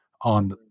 on